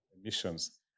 emissions